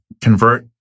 convert